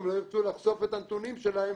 הן לא ירצו לחשוף את הנתונים שלהן